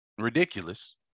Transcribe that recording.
Ridiculous